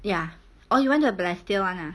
ya or you want to balestier [one] lah